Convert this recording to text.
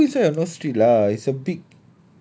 no lah I just feel sad not strict lah it's a big